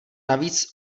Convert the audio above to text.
navíc